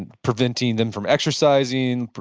and preventing them from exercising,